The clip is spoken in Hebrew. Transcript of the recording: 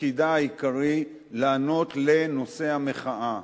תפקידה העיקרי לענות לנושא המחאה.